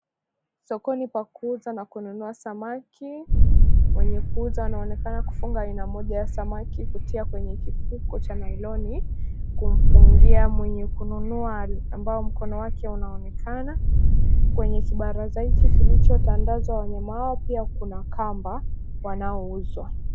Sokoni pa kuuza na kununua samaki, wenye kuuza wanaonekana kufunga aina moja ya samaki kupitia kwenye kifuko cha nailoni kumfungia mwenye kununua ambao mkono wake unaonekana. Kwenye kibaraza hichi kilichotandazwa wanyama hawa pia kuna kamba wanaouzwa.